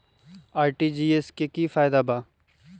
RTGS से की की फायदा बा?